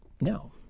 No